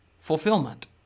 fulfillment